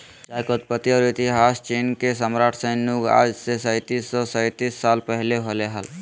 चाय के उत्पत्ति और इतिहासचीनके सम्राटशैन नुंगआज से सताइस सौ सेतीस साल पहले होलय हल